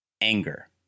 anger